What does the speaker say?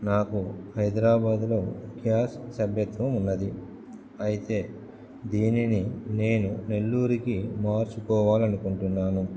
నాకు హైదరాబాద్లో క్యాష్ సభ్యత్వం ఉన్నది అయితే దీనిని నేను నెల్లూరికి మార్చుకోవాలనుకుంటున్నాను